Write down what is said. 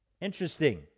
Interesting